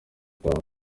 itanu